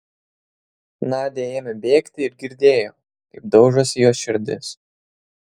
nadia ėmė bėgti ir girdėjo kaip daužosi jos širdis